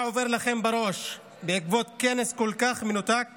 מה עובר לכם בראש בעקבות כנס כל כך מנותק ומסוכן?